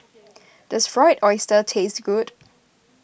does Fried Oyster taste good